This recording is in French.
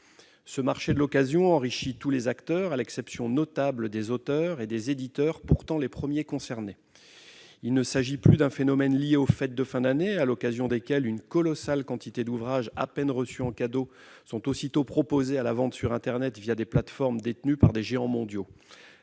marché de l'occasion enrichit tous les acteurs, à l'exception notable des auteurs et des éditeurs, lesquels sont pourtant les premiers concernés. Il ne s'agit plus d'un phénomène lié aux fêtes de fin d'année, à l'occasion desquelles une colossale quantité d'ouvrages à peine reçus en cadeaux sont sitôt proposés à la vente sur internet, des plateformes détenues par des géants mondiaux.